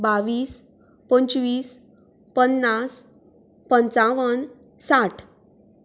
बावीस पंचवीस पन्नास पंचावन साठ